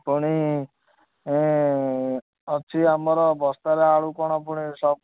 ପୁଣି ଅଛି ଆମର ବସ୍ତାରେ ଆଳୁ କ'ଣ ପୁଣି